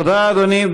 תודה, אדוני.